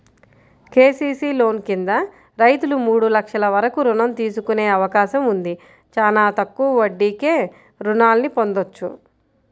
KCC loan కింద రైతులు మూడు లక్షల వరకు రుణం తీసుకునే అవకాశం ఉంది, చానా తక్కువ వడ్డీకే రుణాల్ని పొందొచ్చు